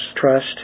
trust